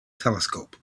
telescope